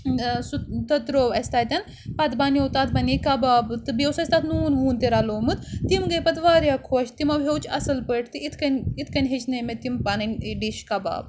سُہ تہٕ ترٛوو اَسہِ تَتٮ۪ن پَتہٕ بَنیو تَتھ بَنے کَباب تہٕ بیٚیہِ اوس اَسہِ تَتھ نوٗن ووٗن تہِ رَلومُت تِم گٔے پَتہٕ واریاہ خۄش تِمو ہیوٚچھ اَصٕل پٲٹھۍ تہٕ یِتھ کٔنۍ یِتھ کٔنۍ ہیٚچھنٲے مےٚ تِم پَنٕنۍ ڈِش کَباب